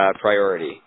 priority